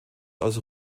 aus